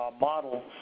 model